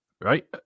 Right